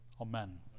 amen